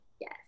Yes